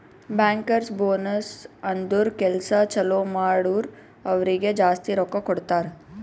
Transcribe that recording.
bankers bonus ಅಂದುರ್ ಕೆಲ್ಸಾ ಛಲೋ ಮಾಡುರ್ ಅವ್ರಿಗ ಜಾಸ್ತಿ ರೊಕ್ಕಾ ಕೊಡ್ತಾರ್